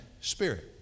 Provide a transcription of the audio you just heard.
spirit